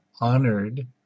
honored